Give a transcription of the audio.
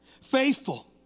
faithful